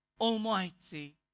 Almighty